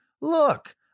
look